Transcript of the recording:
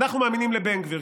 אנחנו מאמינים לבן גביר,